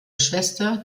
schwester